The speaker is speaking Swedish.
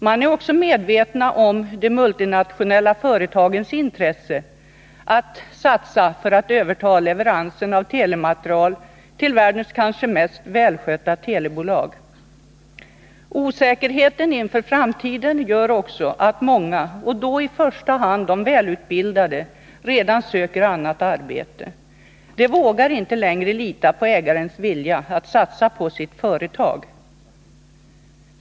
De är också medvetna om de multinationella företagens intresse att satsa för att överta leveransen av telematerial till världens kanske mest välskötta telebolag. Osäkerheten inför framtiden gör också att många, och då i första hand de välutbildade, redan söker annat arbete. De vågar inte längre lita på ägarens vilja att satsa på sitt företag.